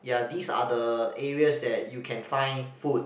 ya these are the areas that you can find food